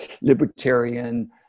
libertarian